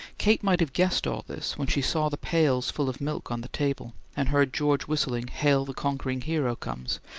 kate might have guessed all this when she saw the pails full of milk on the table, and heard george whistling hail the conquering hero comes,